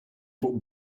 fuq